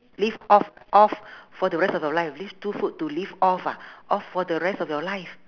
live off off for the rest of your life live two food to live off ah off for the rest of your life